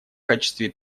качестве